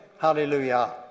Hallelujah